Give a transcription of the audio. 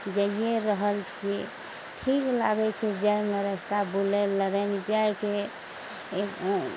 जइए रहल छियै ठीक लागय छै जाइमे रस्ता बुलय लड़यमे जाइके एक